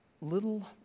little